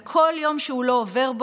ובכל יום שבו הוא לא עובר,